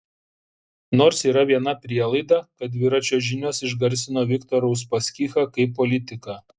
nors yra viena prielaida kad dviračio žinios išgarsino viktorą uspaskichą kaip politiką